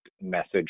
message